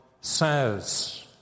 says